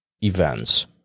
events